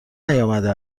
نیامده